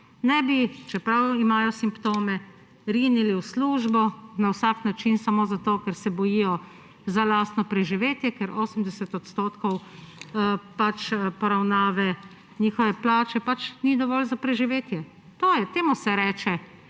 ne bi, čeprav oni imajo simptome, rinili v službo na vsak način samo zato, ker se bojijo za lastno preživetje, ker 80 % pač poravnave njihove plače pač ni dovolj za preživetje. Temu se reče